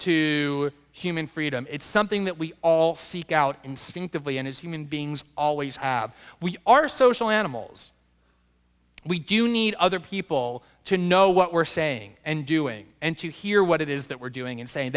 to human freedom it's something that we all seek out instinctively and as human beings always have we are social animals we do need other people to know what we're saying and doing and to hear what it is that we're doing and saying